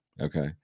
Okay